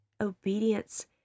obedience